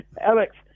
Alex